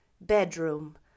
bedroom